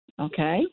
Okay